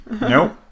Nope